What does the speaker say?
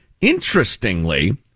Interestingly